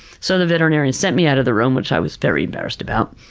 so, the veterinarian sent me out of the room, which i was very embarrassed about,